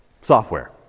software